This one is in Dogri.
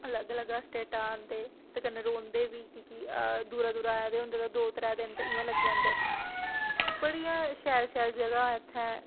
अलग अलग स्टेटां आंदे ते कन्नै रौंह्दे बी कि के दूरा दूरा आए दे होंदे केह् दो त्रै दिन ते इ'यां लग्गी जंदे बड़ियां शैल शैल जगह् इत्थैं